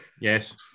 yes